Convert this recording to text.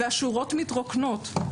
השורות מתרוקנות.